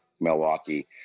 Milwaukee